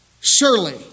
surely